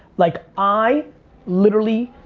like i literally,